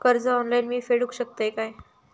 कर्ज ऑनलाइन मी फेडूक शकतय काय?